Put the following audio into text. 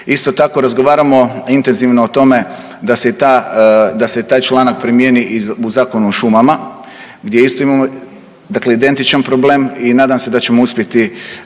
Isto tako razgovaramo intenzivno o tome da se taj članak primjeni i u Zakonu o šumama gdje isto imamo identičan problem i nadam se da ćemo uspjeti